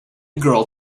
girl